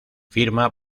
firma